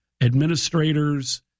administrators